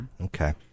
okay